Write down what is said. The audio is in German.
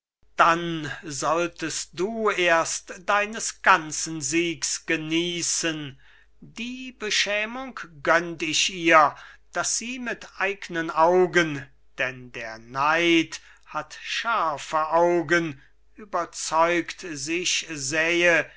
dann solltest du erst deines ganzen siegs genießen die beschämung gönnt ich ihr daß sie mit eignen augen denn der neid hat scharfe augen überzeugt sich sähe